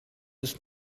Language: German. ist